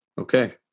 Okay